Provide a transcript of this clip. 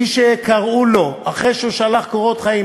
מי שקראו לו אחרי ששלח קורות חיים,